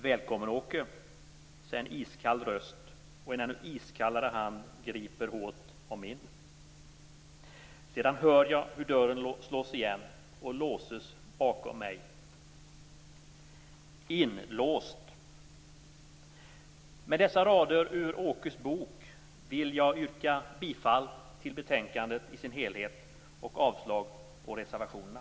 Välkommen, Åke, säger en iskall röst och en ännu iskallare hand griper hårt om min. Sedan hör jag bara hur dörren slås igen och låses bakom mig. INLÅST!" Med dessa rader ur Åkes Bok vill jag yrka bifall till hemställan i sin helhet och avslag på reservationerna.